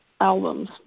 albums